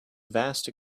vast